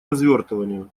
развертыванию